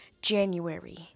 January